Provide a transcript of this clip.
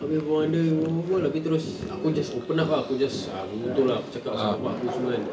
abeh berbual dengan dia berbual berbual habis terus aku just open up ah aku just ah butoh lah aku cakap pasal bapa aku semua kan